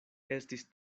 estis